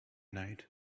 night